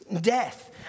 death